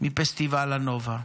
מפסטיבל הנובה.